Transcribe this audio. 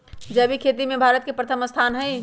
जैविक खेती में भारत के प्रथम स्थान हई